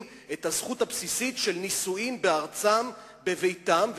את הזכות הבסיסית של נישואים בארצם ובביתם,